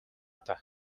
даа